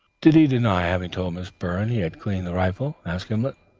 did he deny having told miss byrne he had cleaned the rifle? asked gimblet.